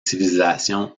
civilisations